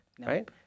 Right